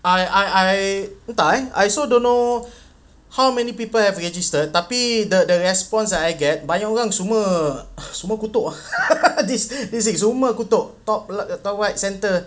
I I I entah eh I also don't know how many people have resgistered tapi the the response I get banyak orang semua semua kutuk ah critics semua kutuk top top white center